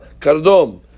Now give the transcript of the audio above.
kardom